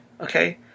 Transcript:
Okay